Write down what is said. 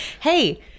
Hey